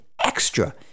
extra